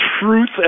truth